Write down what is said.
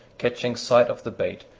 catching sight of the bait,